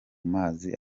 mazi